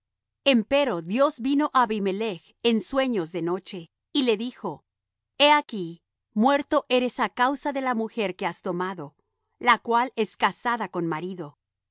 sara empero dios vino á abimelech en sueños de noche y le dijo he aquí muerto eres á causa de la mujer que has tomado la cual es casada con marido